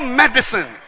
medicine